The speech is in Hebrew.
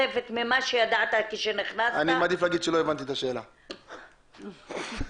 שלא הבנתי את השאלה...